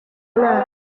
mwaka